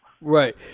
Right